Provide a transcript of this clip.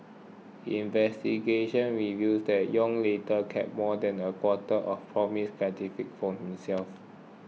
investigations revealed that Yong later kept more than a quarter of the promised gratification for himself